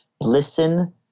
listen